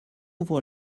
ouvre